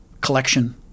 collection